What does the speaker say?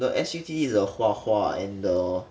the S_U_T_D is the 画画 and the